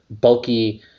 bulky